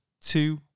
two